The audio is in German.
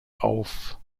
auf